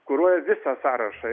kuruoja visą sąrašą